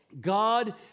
God